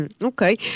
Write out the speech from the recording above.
Okay